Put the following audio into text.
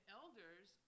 elders